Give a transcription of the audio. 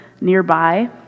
nearby